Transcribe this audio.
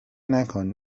نکن